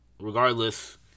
regardless